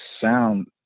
sound